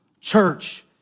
church